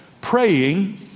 praying